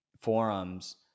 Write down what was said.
forums